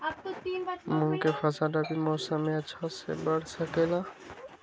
मूंग के फसल रबी मौसम में अच्छा से बढ़ ले का?